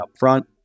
upfront